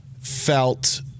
felt